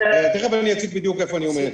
תכף אני אציג בדיוק איפה אני עומד.